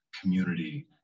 community